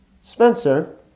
Spencer